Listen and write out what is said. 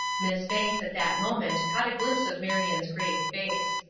miss banks at that moment caught a glimpse of marion's grave face.